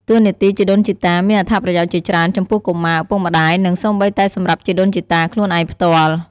តួនាទីជីដូនជីតាមានអត្ថប្រយោជន៍ជាច្រើនចំពោះ កុមារ ឪពុកម្តាយ និងសូម្បីតែសម្រាប់ជីដូនជីតាខ្លួនឯងផ្ទាល់។